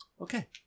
Okay